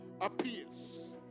appears